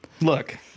Look